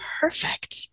Perfect